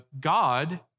God